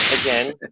again